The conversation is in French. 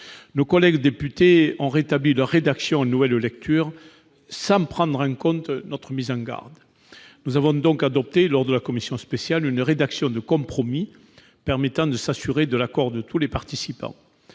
Nos collègues députés ont rétabli sa rédaction en nouvelle lecture, sans prendre en compte notre mise en garde. La commission spéciale a adopté une rédaction de compromis permettant de s'assurer de l'accord de tous les participants,